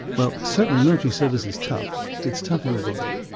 well certainly military service is tough it's tough on the body.